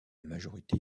majorité